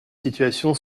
situation